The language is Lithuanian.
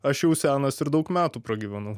aš jau senas ir daug metų pragyvenau